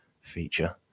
feature